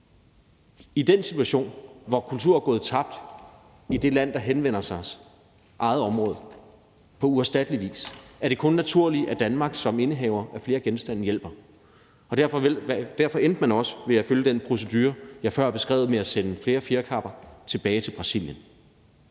I den situation, hvor uerstattelig kultur er gået tabt i et lands eget område og det land henvender sig, er det kun naturligt, at Danmark som indehaver af flere genstande hjælper. Derfor endte man også med at følge den procedure, jeg før har beskrevet, med at sende flere fjerkapper tilbage til Brasilien.